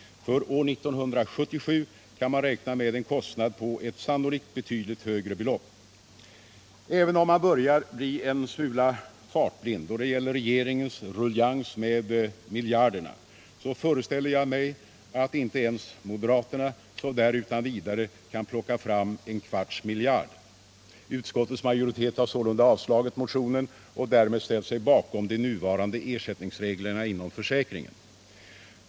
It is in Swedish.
För år 1977 kan man räkna med en kostnad på ett sannolikt betydligt högre belopp. Även om man börjar bli en smula fartblind då det gäller regeringens ruljangs med miljarderna föreställer jag mig att inte ens moderaterna så där utan vidare kan plocka fram en kvarts miljard. Utskottets majoritet har sålunda avstyrkt motionen och därmed ställt sig bakom de nuvarande ersättningsreglerna inom försäkringen.